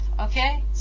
Okay